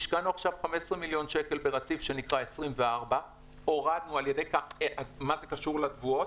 השקענו עכשיו 15 מיליון שקל ברציף שנקרא 24. איך זה קשור לתבואות?